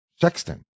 Sexton